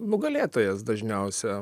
nugalėtojas dažniausia